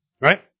Right